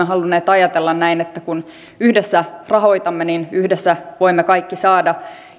halunneet ajatella näin että kun yhdessä rahoitamme niin yhdessä voimme kaikki saada